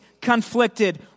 conflicted